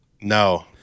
No